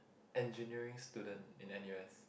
engineering student in N_U_S